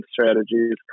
strategies